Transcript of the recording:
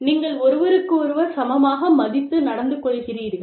நீங்கள் ஒருவருக்கொருவர் சமமாக மதித்து நடந்துகொள்கிறீர்கள்